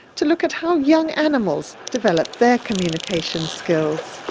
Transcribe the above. to look at how young animals develop their communication skills.